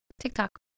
tiktok